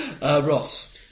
Ross